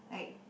like